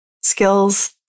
skills